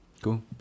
cool